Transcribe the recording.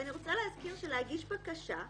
ואני רוצה להזכיר שלהגיש בקשה,